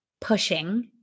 pushing